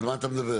על מה אתה מדבר?